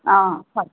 অঁ হয়